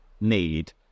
need